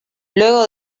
luego